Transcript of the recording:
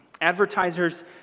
Advertisers